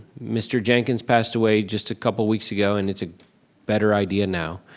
mr. jenkins passed away just a couple weeks ago, and it's a better idea now.